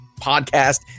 podcast